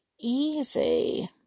easy